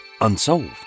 unsolved